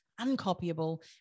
uncopyable